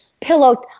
Pillow